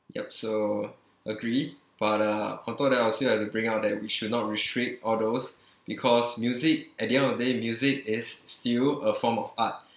yup so agree but uh although that I would say that I will bring out that we should not restrict all those because music at the end of the day music is still a form of art